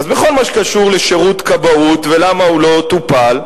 אז בכל מה שקשור לשירות כבאות ולמה הוא לא טופל,